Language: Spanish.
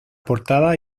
portada